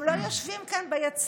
הם לא יושבים כאן ביציע.